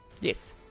Yes